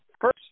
First